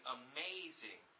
amazing